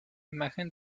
imagen